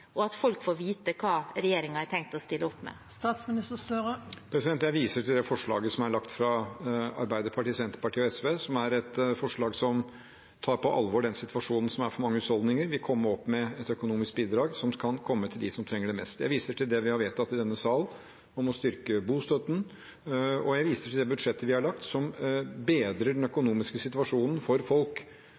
og at folk får vite hva regjeringen har tenkt å stille opp med? Jeg viser til det forslaget som er lagt fram fra Arbeiderpartiet, Senterpartiet og SV, som er et forslag som tar på alvor situasjonen for mange husholdninger. Vi kommer med et økonomisk bidrag som kan gå til dem som trenger det mest. Jeg viser til det vi har vedtatt i denne sal om å styrke bostøtten, og jeg viser til det budsjettet vi har lagt fram, som vil bedre den økonomiske situasjonen for folk